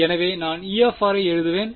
எனவே நான் E ஐ எழுதுவேன்